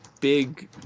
big